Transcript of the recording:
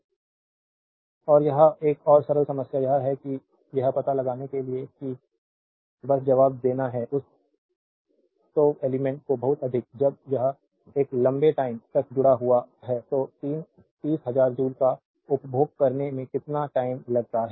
slide time देखें 3429 और यह एक और सरल समस्या यह है कि यह पता लगाने के लिए कि बस जवाब देना है उस स्टोव एलिमेंट्स को बहुत अधिक जब यह एक लंबे टाइम तक जुड़ा हुआ है तो 30000 जूल का उपभोग करने में कितना टाइम लगता है